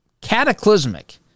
cataclysmic